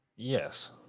Yes